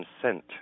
consent